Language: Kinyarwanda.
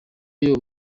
uwo